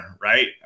right